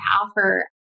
offer